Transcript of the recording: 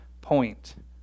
point